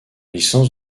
licence